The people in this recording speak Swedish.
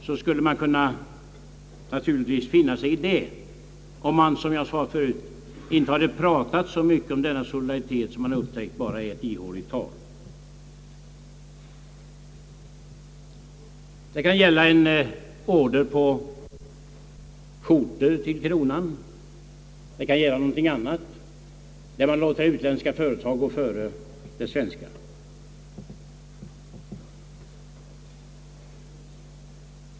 Jag skulle kanske inte ha kommenterat detta, om man inte hade talat så mycket om solidaritet och det sedan visat sig bara vara ett ihåligt tal. Det kan vara fråga om en order på skjortor till kronan som man låter gå till utländska företag i stället för till svenska.